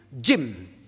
Jim